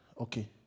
okay